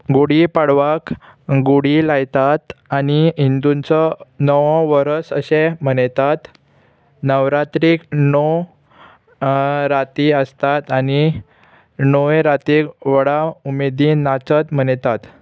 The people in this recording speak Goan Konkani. गुडी पाडवाक गुडी लायतात आनी हिंदूंचो नवो वर्स अशें मनयतात नवरात्रीक णव राती आसतात आनी णवे राती व्हडा उमेदीन नाचत मनयतात